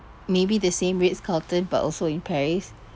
maybe the same Ritz Carlton but also in paris